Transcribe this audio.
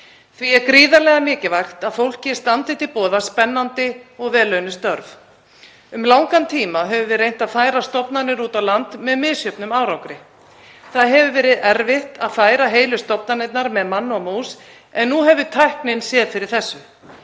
Því er gríðarlega mikilvægt að fólki standi til boða spennandi og vel launuð störf. Um langan tíma höfum við reynt að færa stofnanir út á land með misjöfnum árangri. Það hefur verið erfitt að færa heilu stofnanirnar með manni og mús en nú hefur tæknin séð fyrir þessu.